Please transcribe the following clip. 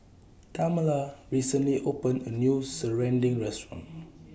Tamala recently opened A New Serunding Restaurant